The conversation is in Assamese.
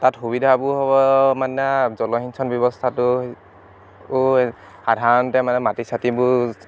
তাত সুবিধাবোৰ হ'বৰ মানে জলসিঞ্চন ব্যৱস্থাটো সাধাৰণতে মানে মাটি চাটিবোৰ